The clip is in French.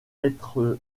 être